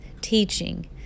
teaching